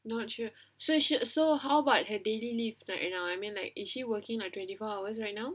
not sure so so she how about her daily leave like now you know I mean like is she working on twenty four hours right now